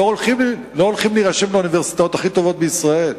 לא הולכים להירשם לאוניברסיטאות הכי טובות בישראל,